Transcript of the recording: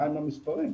מהם המספרים.